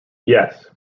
yes